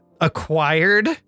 acquired